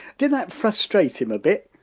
did that frustrate him a bit?